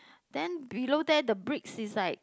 then below there the bricks is like